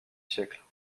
siècles